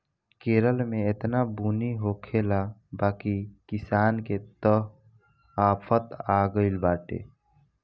केरल में एतना बुनी होखले बा की किसान के त आफत आगइल बाटे